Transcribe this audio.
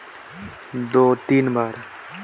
Tractor ले हमन कतना बार जोताई करेके जोंदरी लगाबो?